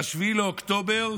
ב-7 באוקטובר,